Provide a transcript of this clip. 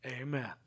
Amen